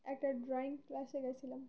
একটা ড্রয়িং ক্লাসে গেছিলাম